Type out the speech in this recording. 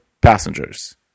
passengers